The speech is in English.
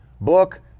Book